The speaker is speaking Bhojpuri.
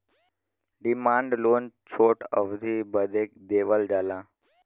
डिमान्ड लोन छोट अवधी बदे देवल जाला